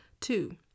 Two